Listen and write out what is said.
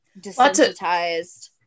desensitized